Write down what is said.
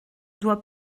doit